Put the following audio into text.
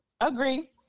Agree